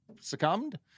succumbed